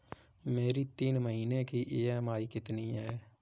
मेरी तीन महीने की ईएमआई कितनी है?